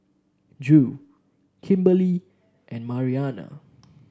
Drew Kimberly and Mariana